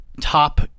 top